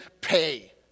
pay